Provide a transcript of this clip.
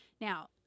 Now